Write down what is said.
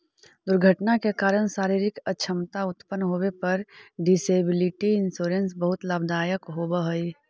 दुर्घटना के कारण शारीरिक अक्षमता उत्पन्न होवे पर डिसेबिलिटी इंश्योरेंस बहुत लाभदायक होवऽ हई